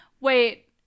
Wait